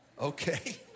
Okay